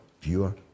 viewer